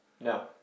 No